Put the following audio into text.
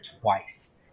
twice